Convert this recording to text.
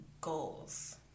goals